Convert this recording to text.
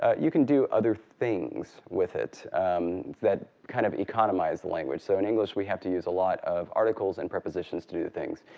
ah you can do other things with it that kind of economize the language. so in english, we have to use a lot of articles and prepositions to do things.